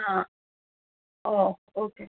ആ ഓ ഓക്കേ